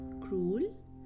cruel